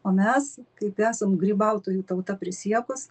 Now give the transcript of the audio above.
o mes kaip esam grybautojų tauta prisiekus